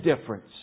difference